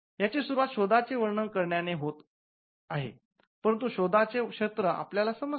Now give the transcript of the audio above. याची सुरुवात शोधाचे वर्णन करण्याने होते आहे परंतु शोधाचे क्षेत्र आपल्याला समजते